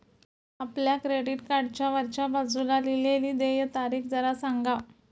आपल्या क्रेडिट कार्डच्या वरच्या बाजूला लिहिलेली देय तारीख जरा सांगा